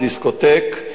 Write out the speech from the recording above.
דיסקוטק,